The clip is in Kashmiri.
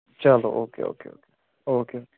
چلو okay okay okay okay okay